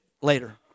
later